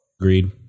Agreed